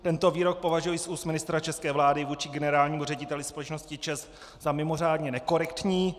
Tento výrok považuji z úst ministra české vlády vůči generálnímu řediteli společnosti ČEZ za mimořádně nekorektní.